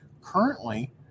Currently